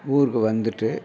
ஊருக்கு வந்துவிட்டு